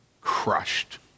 Crushed